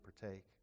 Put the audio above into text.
partake